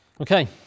Okay